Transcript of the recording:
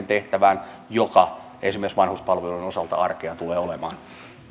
tehtävään joka esimerkiksi vanhuspalvelujen osalta arkea tulee olemaan